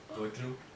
oh true